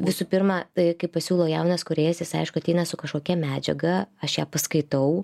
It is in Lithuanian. visų pirma tai kai pasiūlo jaunas kūrėjas jis aišku ateina su kažkokia medžiaga aš ją paskaitau